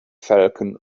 falcon